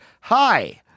hi